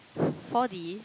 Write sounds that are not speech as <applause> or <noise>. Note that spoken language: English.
<breath> four D